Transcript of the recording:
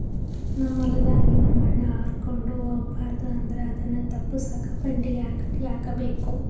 ನಮ್ ಹೊಲದಾಗಿನ ಮಣ್ ಹಾರ್ಕೊಂಡು ಹೋಗಬಾರದು ಅಂದ್ರ ಅದನ್ನ ತಪ್ಪುಸಕ್ಕ ಬಂಡಿ ಯಾಕಡಿ ಹಾಕಬೇಕು?